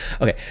Okay